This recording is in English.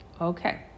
Okay